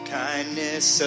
kindness